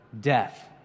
death